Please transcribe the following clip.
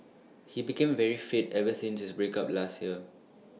he became very fit ever since his break up last year